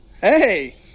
Hey